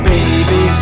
Baby